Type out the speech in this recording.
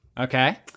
Okay